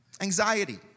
anxiety